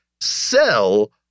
sell